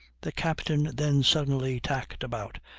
the captain then suddenly tacked about,